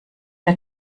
der